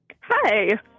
hi